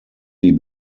die